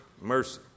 mercy